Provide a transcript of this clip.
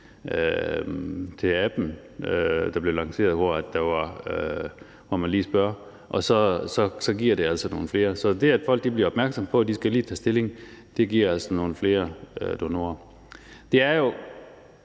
til appen, der blev lanceret, hvor man lige spørger, og så giver det altså nogle flere. Så det, at folk bliver opmærksomme på, at de lige skal tage stilling, giver altså nogle flere donorer. Det er jo